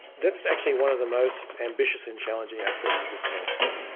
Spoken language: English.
that's actually one of the most ambitious and challenging aspects of this telescope.